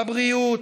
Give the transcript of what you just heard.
בבריאות,